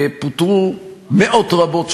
הרי אנחנו לא משני הצדדים של